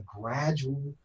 gradual